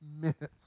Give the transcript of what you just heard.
minutes